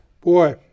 Boy